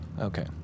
okay